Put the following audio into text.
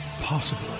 possible